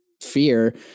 fear